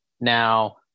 now